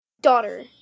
daughter